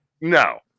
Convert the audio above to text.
No